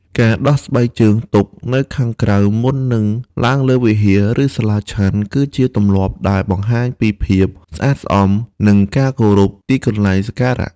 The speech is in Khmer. ការដោះស្បែកជើងទុកនៅខាងក្រៅមុននឹងឡើងលើវិហារ ឬសាលាឆាន់ គឺជាទម្លាប់ដែលបង្ហាញពីភាពស្អាតស្អំ និងការគោរពទីកន្លែងសក្ការៈ។